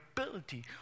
ability